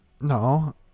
no